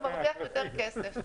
הוא מרוויח יותר כסף.